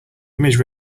image